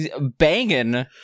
Banging